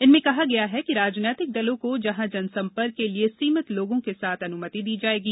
इनमें कहा गया है कि राजनीतिक दलों को जहां जनसंपर्क के लिये सीमित लोगों के साथ अनुमति दी जाएगी